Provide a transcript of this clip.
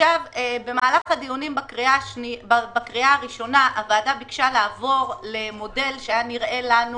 במהלך הדיונים בקריאה הראשונה הוועדה ביקשה לעבור למודל שהיה נראה לנו